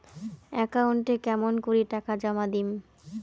একাউন্টে কেমন করি টাকা জমা দিম?